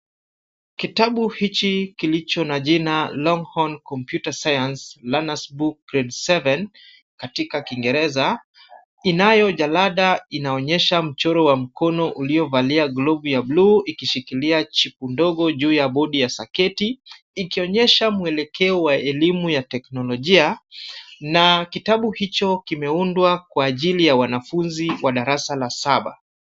Kitabi hichi kilicho na majina longhorn computer science learners book grade 7 katika kiingereza. Inayo jalada inaonyesha mchoro wa mkono ulio valia glovu ya buluu ikishikila chipu ndogo juu juu ya bodi ya saketi. Ikionyesha mwelekeo wa elimu ya teknolojia na kitabu hicho kimeundwa kwa ajili ya wanafunzi wa darasa la saba.